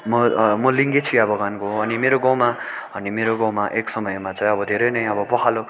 म म लिङ्गिया चिया बगानको हो अनि मेरो गाँउमा अनि मेरो गाँउमा एक समयमा चाहिँ अब धेरै नै अब पखाला